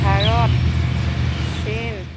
ভাৰত চীন